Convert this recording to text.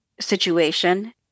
situation